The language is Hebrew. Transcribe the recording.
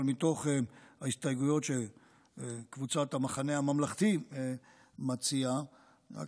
אבל מתוך ההסתייגויות שקבוצת המחנה הממלכתי מציעה רק